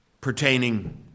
pertaining